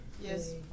Yes